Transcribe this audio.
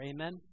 Amen